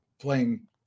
playing